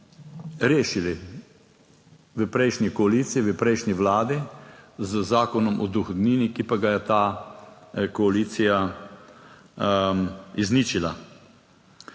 rešili v prejšnji koaliciji, v prejšnji Vladi z Zakonom o dohodnini, ki pa ga je ta koalicija izničila.